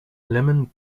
lemon